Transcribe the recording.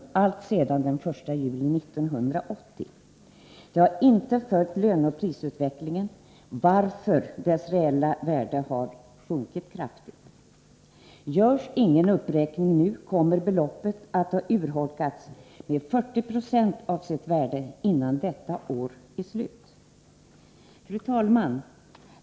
alltsedan den 1 juli 1980. Det har inte följt löneoch prisutvecklingen, varför dess reella värde har sjunkit kraftigt. Görs ingen uppräkning nu, kommer beloppet att ha urholkats med 40 90 av sitt värde innan detta år är slut. Fru talman!